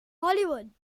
hollywood